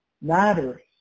matters